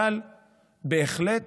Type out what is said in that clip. אבל בהחלט